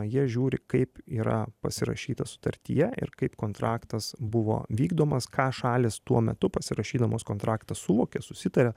jie žiūri kaip yra pasirašyta sutartyje ir kaip kontraktas buvo vykdomas ką šalys tuo metu pasirašydamos kontraktą suvokė susitarė